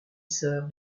sœur